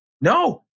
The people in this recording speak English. No